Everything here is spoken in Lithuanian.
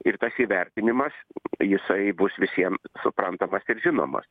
ir tas įvertinimas jisai bus visiem suprantamas ir žinomas